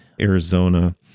Arizona